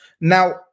Now